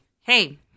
hey